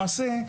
למעשה,